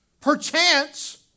perchance